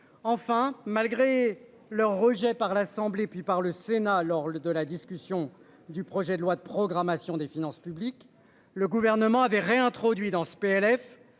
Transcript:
Enfin malgré leur rejet par l'Assemblée, puis par le Sénat, lors de la discussion du projet de loi de programmation des finances publiques, le gouvernement avait réintroduit dans ce PLF,